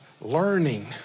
learning